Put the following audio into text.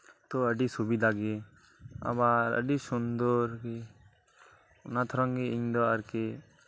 ᱛᱚ ᱟᱹᱰᱤ ᱥᱩᱵᱤᱫᱷᱟᱜᱮ ᱟᱵᱟᱨ ᱟᱹᱰᱤ ᱥᱩᱱᱫᱚᱨᱜᱮ ᱚᱱᱟ ᱛᱷᱚᱨᱚᱝᱜᱮ ᱤᱧᱫᱚ ᱟᱨᱠᱤ